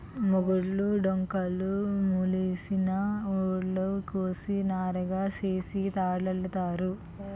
మొగులు డొంకలుకు మొలిసిన ఊడలు కోసి నారగా సేసి తాళల్లుతారు